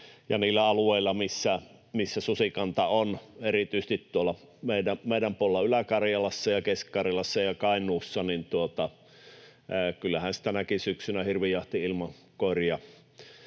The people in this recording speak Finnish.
niillä alueilla, missä susikantaa on — erityisesti tuolla meidän puolella Ylä-Karjalassa ja Keski-Karjalassa ja Kainuussa — kyllähän se tänäkin syksynä hirvijahti ilman koiria